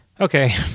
Okay